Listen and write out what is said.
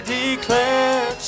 declare